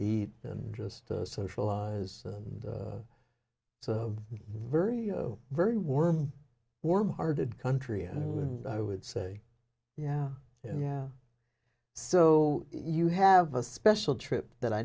eat and just socialize and so very very warm warm hearted country and i would say yeah and yeah so you have a special trip that i